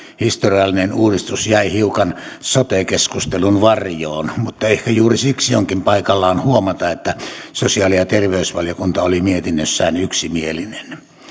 historiallinen uudistus jäi hiukan sote keskustelun varjoon mutta ehkä juuri siksi onkin paikallaan huomata että sosiaali ja terveysvaliokunta oli mietinnössään yksimielinen